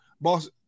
boss